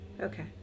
Okay